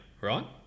right